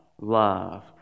love